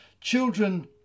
Children